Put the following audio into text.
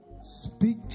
speak